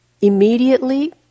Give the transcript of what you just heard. immediately